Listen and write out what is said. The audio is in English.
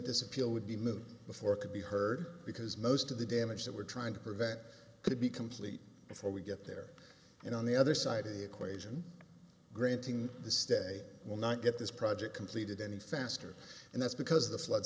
this appeal would be moved before it could be heard because most of the damage that we're trying to prevent could be complete before we get there and on the other side of the equation granting the stay will not get this project completed any faster and that's because of the flood